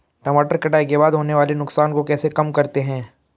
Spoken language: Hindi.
टमाटर कटाई के बाद होने वाले नुकसान को कैसे कम करते हैं?